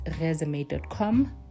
resume.com